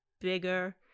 bigger